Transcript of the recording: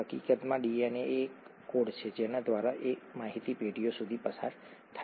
હકીકતમાં ડીએનએ એ એક કોડ છે જેના દ્વારા આ માહિતી પેઢીઓ સુધી પસાર થાય છે